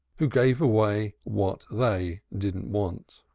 who gave away what they didn't want.